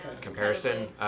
comparison